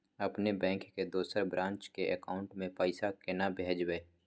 अपने बैंक के दोसर ब्रांच के अकाउंट म पैसा केना भेजबै?